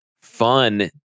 fun